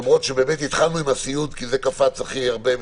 למרות שהתחלנו עם הסיעוד כי זה קפץ הכי הרבה,